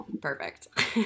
Perfect